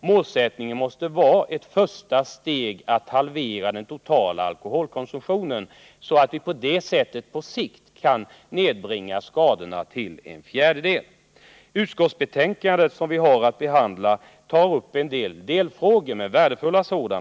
Målsättningen måste vara att som ett första steg halvera den totala alkoholkonsumtionen, så att vi därigenom på sikt kan nedbringa skadorna till en fjärdedel. I det utskottsbetänkande som vi nu har att behandla tas vissa delfrågor upp som är mycket angelägna.